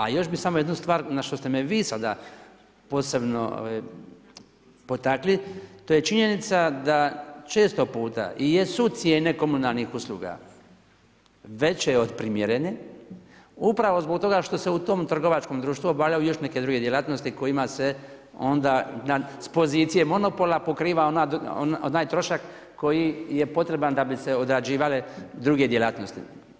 A još bih samo jednu stvar na što ste me vi sad posebno potakli, to je činjenica da često puta i jesu cijene komunalnih usluga veće od primjerene upravo zbog toga što se u tom trgovačkom društvu obavljaju još neke druge djelatnosti kojima se onda s pozicije monopola pokriva onaj trošak koji je potreban da bi se odrađivale druge djelatnosti.